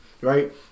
right